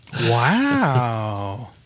Wow